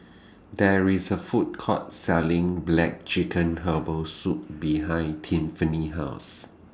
There IS A Food Court Selling Black Chicken Herbal Soup behind Tiffani's House